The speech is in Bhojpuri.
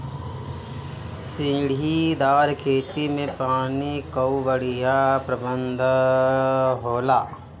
सीढ़ीदार खेती में पानी कअ बढ़िया प्रबंध होला